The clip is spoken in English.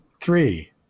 Three